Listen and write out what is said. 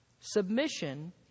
Submission